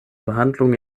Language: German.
behandlung